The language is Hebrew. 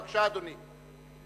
בבקשה, אדוני.